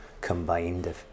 combined